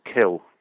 kill